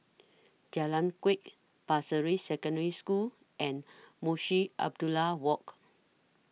Jalan Kuak Pasir Ris Secondary School and Munshi Abdullah Walk